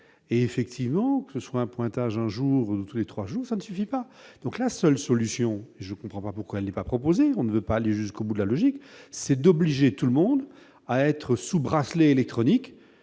effectivement, ce soit un pointage un jour tous les 3 jours, ça ne suffit pas, donc la seule solution, je comprends pas pourquoi ne pas proposer, on ne veut pas aller jusqu'au bout la logique c'est d'obliger tout le monde à être sous bracelet électronique,